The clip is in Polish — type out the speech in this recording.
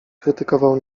krytykował